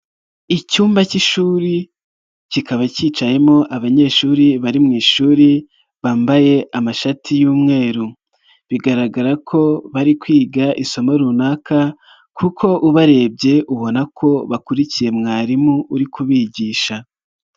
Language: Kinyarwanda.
Icyumba k'ishuri kikaba kicayemo abanyeshuri bari mu ishuri bambaye amashati y'umweru, bigaragara ko bari kwiga isomo runaka kuko ubarebye ubona ko bakurikiye mwarimu uri kubigisha.